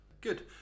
Good